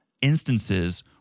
instances